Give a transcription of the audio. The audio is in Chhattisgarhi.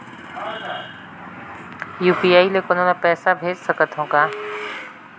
यू.पी.आई ले कोनो ला पइसा भेज सकत हों का?